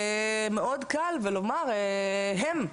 ומאוד קל ולומר הם,